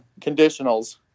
conditionals